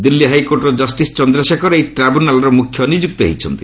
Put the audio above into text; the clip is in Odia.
ଦିଲ୍ଲୀ ହାଇକୋର୍ଟର ଜଷ୍ଟିସ୍ ଚନ୍ଦ୍ରଶେଖର ଏହି ଟ୍ରାଇବୁନାଲ୍ର ମୁଖ୍ୟ ନିଯୁକ୍ତ ହୋଇଛନ୍ତି